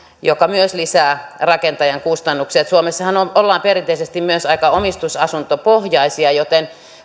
mikä myös lisää rakentajan kustannuksia suomessahan ollaan perinteisesti myös aika omistusasuntopohjaisia joten